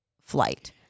flight